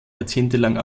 jahrzehntelang